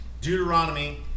Deuteronomy